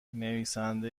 نویسنده